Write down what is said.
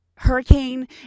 hurricane